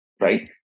right